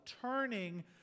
turning